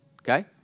okay